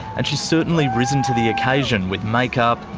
and she's certainly risen to the occasion with make-up,